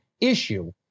issue